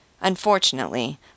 Unfortunately